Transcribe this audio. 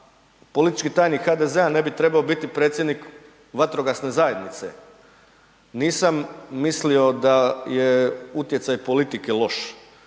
politički tajnik HDZ-a ne bi trebao biti predsjednik vatrogasne zajednice, nisam mislio da je utjecaj politike loš,